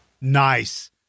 Nice